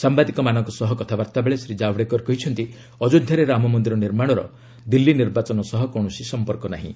ସାମ୍ବାଦିକମାନଙ୍କ ସହ କଥାବାର୍ତ୍ତା ବେଳେ ଶ୍ରୀ ଜାବଡେକର କହିଛନ୍ତି ଅଯୋଧ୍ୟାରେ ରାମମନ୍ଦିର ନିର୍ମାଣର ଦିଲ୍ଲୀ ନିର୍ବାଚନ ସହ କୌଣସି ସମ୍ପର୍କ ନାହିଁ